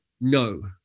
no